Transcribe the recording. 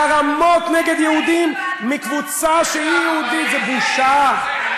חרמות נגד יהודים מקבוצה שהיא יהודית, זו בושה,